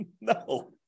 No